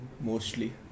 mostly